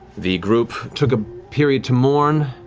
the group took a period to mourn,